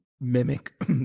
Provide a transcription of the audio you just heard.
mimic